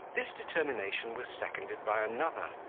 this determination was seconded by another,